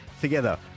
Together